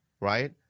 right